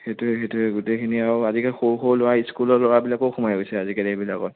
সেইটোৱে সেইটোৱে গোটেইখিনি আৰু আজিকালি সৰু সৰু ল'ৰা স্কুলৰ ল'ৰাবিলাকো সোমাই গৈছে আজিকালি এইবিলাকত